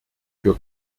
für